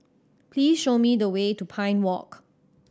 please show me the way to Pine Walk